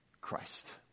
Christ